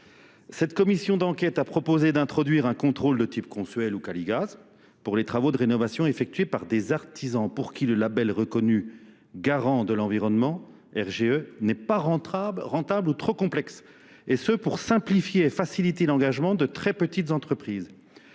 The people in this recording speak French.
Cette commission d'enquête a proposé d'introduire un contrôle de type Conceal ou Caligase pour les travaux de rénovation effectués par des artisans pour qui le label reconnu Garand de l'environnement, RGE, n'est pas rentable ou trop complexe et ce pour simplifier et faciliter l'engagement de très petites entreprises.